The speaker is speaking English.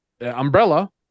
umbrella